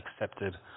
accepted